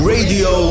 Radio